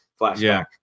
flashback